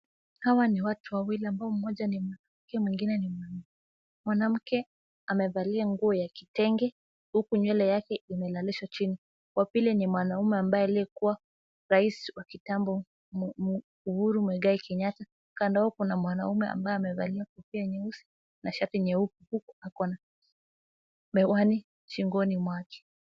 Hawa ni watu wawili ambao mmoja ni mwanamke mwingine ni mwanaume. Mwanamke amevalia nguo ya kitenge huku nywele yake imelalishwa chini. Wa pili ni mwanaume ambaye aliyekuwa rais wa kitambo Uhuru Muigai Kenyatta. Kando yao kuna mwanaume ambaye amevalia kofia nyeusi na shati nyeupe, huku ako na miwani shingoni mwake.